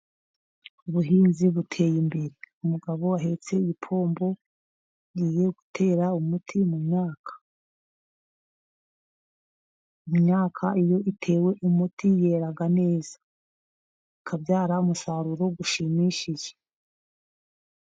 Ubuhinzi buteye imbere, umugabo ahetse ipombo agiye gutera umuti mu myaka, imyaka iyo itewe umuti yera neza ikabyara umusaruro ushimishije.